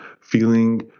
feeling